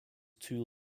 too